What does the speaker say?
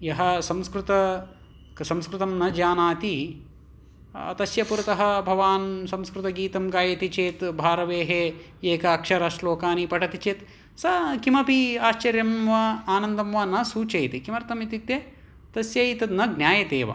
यः संस्कृत संस्कृतं न जानाति तस्य पुरतः भवान् संस्कृतगीतं गायति चेत् भारवेः एक अक्षरश्लोकं पठति चेत् स किमपि आश्चर्यं वा आनन्दं वा न सूचयति किमर्थम् इत्युक्ते तस्य एतत् न ज्ञायतेव